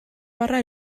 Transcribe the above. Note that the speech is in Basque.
barra